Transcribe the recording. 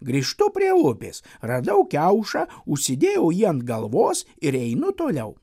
grįžtu prie upės radau kiaušą užsidėjau jį ant galvos ir einu toliau